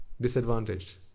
Disadvantaged